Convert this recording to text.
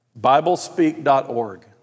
Biblespeak.org